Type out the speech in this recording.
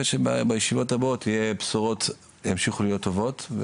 שבישיבות הבאות הבשורות ימשיכו להיות טובות,